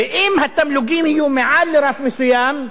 ואם התמלוגים יהיו מעל לרף מסוים,